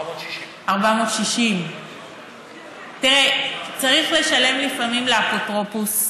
460. 460. תראה, צריך לשלם לפעמים לאפוטרופוס,